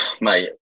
Mate